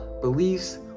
beliefs